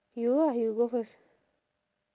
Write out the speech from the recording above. you ah you go first